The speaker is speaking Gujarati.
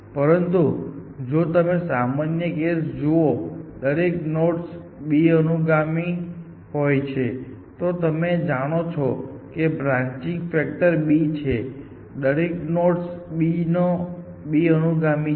પરંતુ જો તમે સામાન્ય કેસ જુઓ કે દરેક નોડમાં b અનુગામી હોય છે તો તમે જાણો છો કે બ્રાન્ચિન્ગ ફેક્ટર b છે દરેક નોડનો b અનુગામી છે